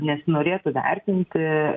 nesinorėtų vertinti